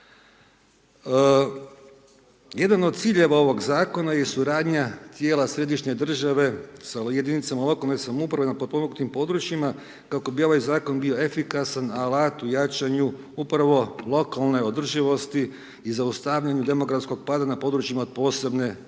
Jedan od ciljeva ovog Zakona je suradnja tijela središnje države sa jedinicama lokalne samouprave na potpomognutim područjima, kako bi ovaj Zakon bio efikasan alat u jačanju upravo lokalne održivosti i zaustavljanja demografskog pada na područjima od posebne državne